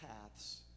paths